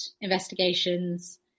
investigations